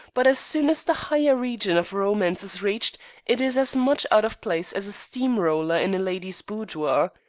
but as soon as the higher region of romance is reached it is as much out of place as a steam-roller in a lady's boudoir.